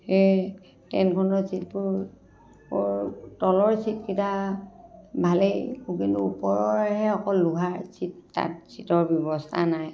সেই ট্ৰেইনখনত চীটবোৰ তলৰ চীটকেইটা ভালেই কিন্তু ওপৰৰহে অকল লোহাৰ চীট তাত চীটৰ ব্যৱস্থা নাই